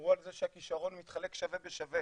דיברו על זה שכשרון מתחלק שווה בשווה,